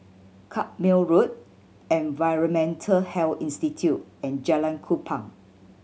Carpmael Road Environmental Health Institute and Jalan Kupang